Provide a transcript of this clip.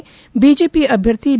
AJP ಅಭ್ಯರ್ಥಿ B